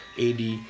AD